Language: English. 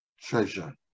treasure